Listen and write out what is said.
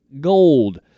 Gold